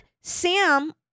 Sam